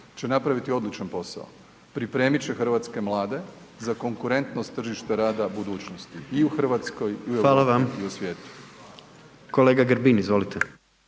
će napraviti odličan posao. Pripremit će hrvatske mlade za konkurentnost tržišta rada budućnosti i u Hrvatskoj i u Europi i u svijetu. **Jandroković, Gordan